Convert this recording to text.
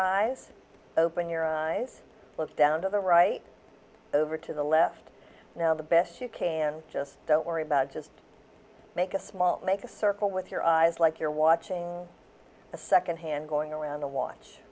eyes open your eyes look down to the right over to the left you know the best you can just don't worry about just make a small make a circle with your eyes like you're watching a second hand going around the watch